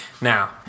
Now